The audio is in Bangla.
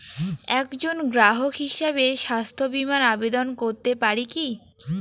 একজন গ্রাহক হিসাবে স্বাস্থ্য বিমার আবেদন করতে পারি কি?